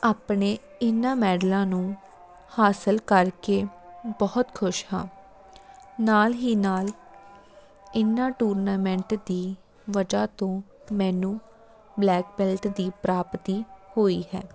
ਆਪਣੇ ਇਹਨਾਂ ਮੈਡਲਾਂ ਨੂੰ ਹਾਸਲ ਕਰਕੇ ਬਹੁਤ ਖੁਸ਼ ਹਾਂ ਨਾਲ ਹੀ ਨਾਲ ਇਹਨਾਂ ਟੂਰਨਾਮੈਂਟ ਦੀ ਵਜਹਾ ਤੋਂ ਮੈਨੂੰ ਬਲੈਕ ਬੈਲਟ ਦੀ ਪ੍ਰਾਪਤੀ ਹੋਈ ਹੈ